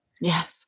Yes